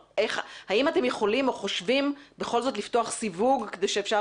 האם אתם יכולים או חושבים בכל זאת לפתוח סיווג כדי שאפשר